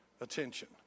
attention